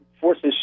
forces